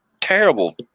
terrible